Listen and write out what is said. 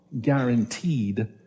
guaranteed